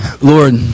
Lord